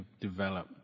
develop